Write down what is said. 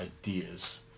ideas